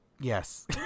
yes